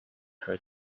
her